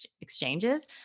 exchanges